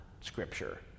scripture